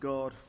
God